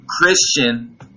Christian